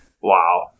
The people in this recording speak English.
Wow